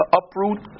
uproot